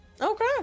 Okay